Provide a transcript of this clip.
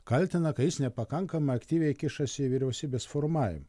kaltina ka jis nepakankamai aktyviai kišasi į vyriausybės formavimą